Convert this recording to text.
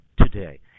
today